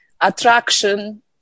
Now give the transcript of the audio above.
attraction